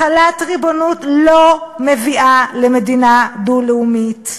החלת ריבונות לא מביאה למדינה דו-לאומית.